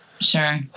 Sure